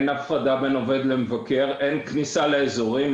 ובנוסף אין בו הפרדה בין עובד למבקר ואין כניסה לאזורים.